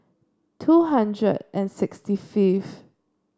two hundred and sixty fifth